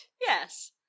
Yes